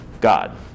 God